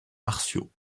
martiaux